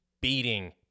beating